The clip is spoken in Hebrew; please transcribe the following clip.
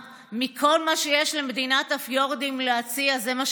חוששני שיש בעניין הזה יותר מאשר אנחנו